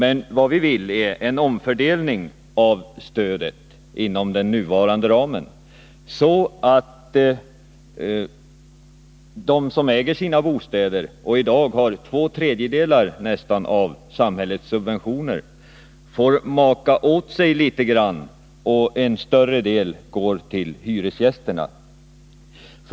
Då vill vi ha en omfördelning av stödet inom den nuvarande ramen, så att de som äger sina bostäder och i dag får nästan två tredjedelar av samhällets subventioner får maka åt sig litet grand och en större del går till hyresgästerna.